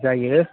जायो